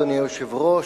אדוני היושב-ראש,